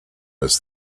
was